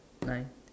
nine